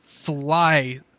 fly